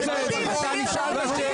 לא, אל תעשה את זה.